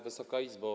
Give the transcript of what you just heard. Wysoka Izbo!